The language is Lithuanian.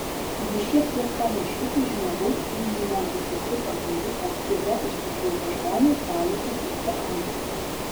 jis šiek tiek panašus į žmogaus imunodeficito virusą kuriuo užsikrėtę žmonės gali susirgti aids